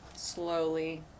Slowly